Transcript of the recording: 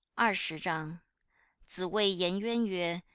er shi zhang zi wei yan yuan yue,